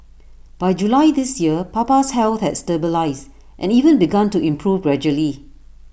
by July this year Papa's health had stabilised and even begun to improve gradually